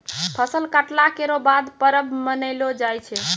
फसल कटला केरो बाद परब मनैलो जाय छै